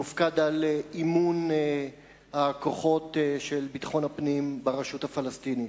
המופקד על אימון הכוחות של ביטחון הפנים ברשות הפלסטינית.